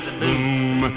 boom